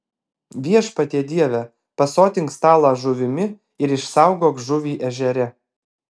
viešpatie dieve pasotink stalą žuvimi ir išsaugok žuvį ežere